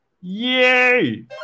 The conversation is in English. yay